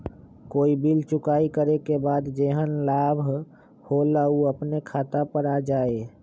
कोई बिल चुकाई करे के बाद जेहन लाभ होल उ अपने खाता पर आ जाई?